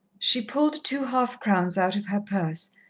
she pulled two half-crowns out of her purse.